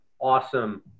awesome